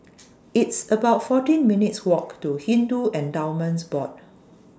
It's about fourteen minutes' Walk to Hindu Endowments Board